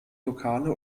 lokale